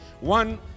One